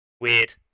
Weird